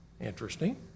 Interesting